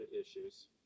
issues